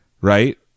Right